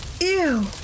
ew